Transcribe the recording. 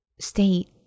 state